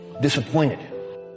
disappointed